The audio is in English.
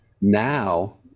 Now